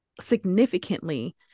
significantly